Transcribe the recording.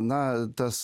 na tas